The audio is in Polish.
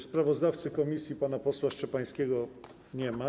Sprawozdawcy komisji pana posła Szczepańskiego nie ma.